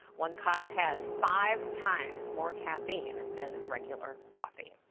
one cup has five times more caffeine than regular coffee.